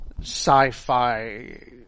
sci-fi